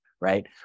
right